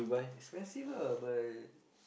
expensive lah but